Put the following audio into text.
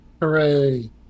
Hooray